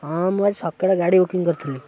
ହଁ ମୁଁ ଆଜି ସକାଳେ ଗାଡ଼ି ବୁକିଂ କରିଥିଲି